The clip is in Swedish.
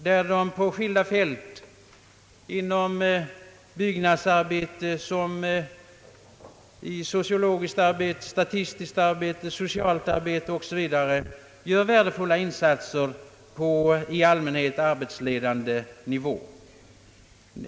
De är verksamma inom olika fält, t.ex. byggnadsarbete, sociologiskt arbete, statistiskt arbete, socialt arbete 0. s.v., där de gör insatser på i allmänhet arbetsledande nivå.